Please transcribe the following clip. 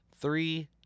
Three